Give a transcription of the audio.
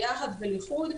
ביחד ולחוד,